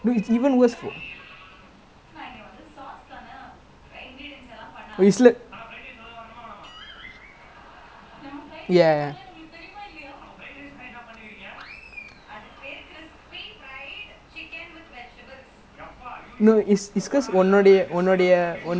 honestly I don't know what course I wanna do because I legit don't know lah because like a lot of things like எனக்கு:enakku background இல்ல:illa like you know like engineering business எல்லாமே:ellaamae like I know roughly what is it but like suddenly அதுவே படிக்க சொன்னனா:athuvae padikka sonnanaa I have no background knowledge of anything so like it's a bit scary lah